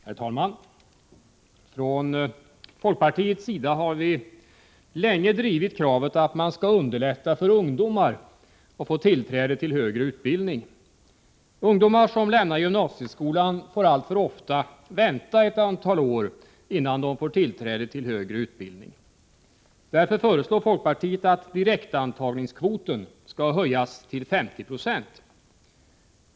Herr talman! Från folkpartiets sida har vi länge drivit kravet att man skall underlätta för ungdomar att få tillträde till högre utbildning. Ungdomar som lämnar gymnasieskolan får allför ofta vänta ett antal år, innan de får tillträde till högre utbildning. Därför föreslår folkpartiet att direktantagningskvoten skall höjas till 50 96.